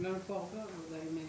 תודה.